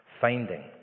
Finding